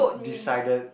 decided